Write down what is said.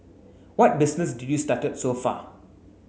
what business did you started so far